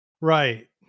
right